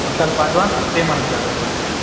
one ಸ್ವಲ್ಪ advance pay ಮಾಡ್ಬೇಕು ಆಗುತ್ತೆ ಸರ್ ನೀವು